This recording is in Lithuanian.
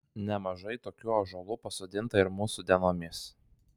nemažai tokių ąžuolų pasodinta ir mūsų dienomis